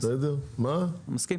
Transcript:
אני מסכים.